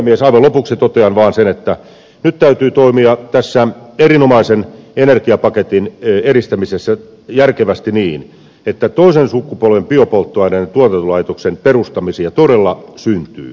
aivan lopuksi totean vaan sen että nyt täytyy toimia tässä erinomaisen energiapaketin edistämisessä järkevästi niin että toisen sukupolven biopolttoaineen tuotantolaitosten perustamisia todella syntyy